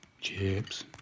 chips